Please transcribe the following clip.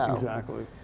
ah exactly.